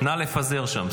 נא לפזר שם.